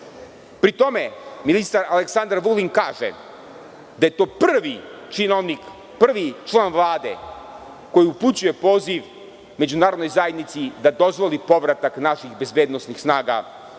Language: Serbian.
tome ministar Aleksandar Vulin kaže da je to prvi činovnik, prvi član Vlade koji upućuje poziv međunarodnoj zajednici da dozvoli povratak naših bezbednosnih snaga